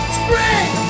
spring